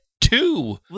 two